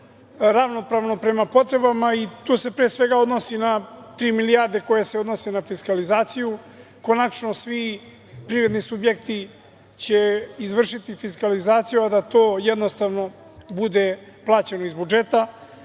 ravnopravno prema potrebama. To se pre svega odnosi na tri milijarde koje se odnose na fiskalizaciju. Konačno svi privredni subjekti će izvršiti fiskalizaciju, a da to bude plaćeno iz budžeta.